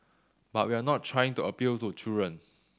but we're not trying to appeal to children